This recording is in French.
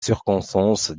circonstance